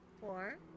Four